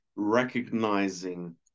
recognizing